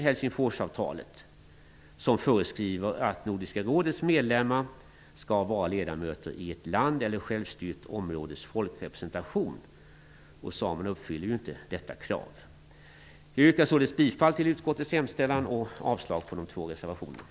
Helsingforsavtalet föreskriver att Nordiska rådets medlemmar skall vara ledamöter i ett lands eller ett självstyrt områdes folkrepresentation. Samerna uppfyller inte detta krav. Jag yrkar således bifall till utskottets hemställan och avslag på de två reservationerna.